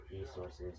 resources